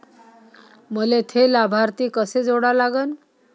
मले थे लाभार्थी कसे जोडा लागन?